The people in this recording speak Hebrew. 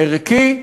ערכי,